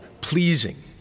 pleasing